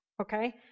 okay